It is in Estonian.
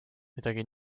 midagi